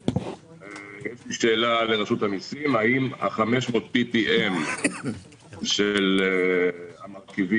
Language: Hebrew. שאלה לרשות המיסים: האם ה-500 PTM של המרכיבים